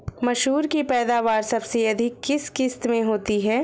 मसूर की पैदावार सबसे अधिक किस किश्त में होती है?